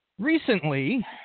Recently